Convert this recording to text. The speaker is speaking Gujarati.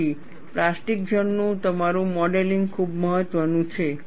તેથી પ્લાસ્ટિક ઝોન નું તમારું મોડેલિંગ ખૂબ મહત્વનું છે